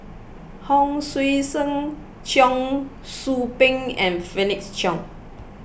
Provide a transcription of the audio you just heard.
Hon Sui Sen Cheong Soo Pieng and Felix Cheong